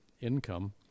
income